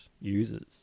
users